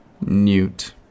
Newt